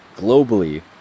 globally